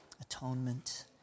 atonement